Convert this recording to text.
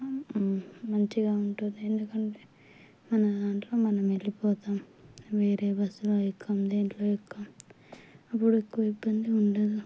మంచిగా ఉంటుంది ఎందుకంటే మన దాంట్లో మనం వెళ్ళి పోతాం వేరే బస్సులో ఎక్కం దేంట్లో ఎక్కం అప్పుడు ఎక్కువ ఇబ్బంది ఉండదు